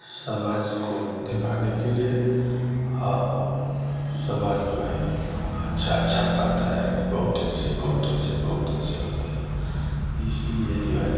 समाज को दिखाने के लिए और समाज जो है अच्छा अच्छा कहता है कि बहुत अच्छे बहुत अच्छे बहुत अच्छे होते हैं इसीलिए जो है